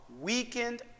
weakened